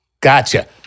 Gotcha